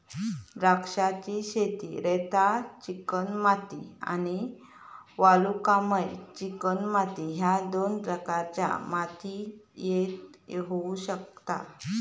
द्राक्षांची शेती रेताळ चिकणमाती आणि वालुकामय चिकणमाती ह्य दोन प्रकारच्या मातीयेत होऊ शकता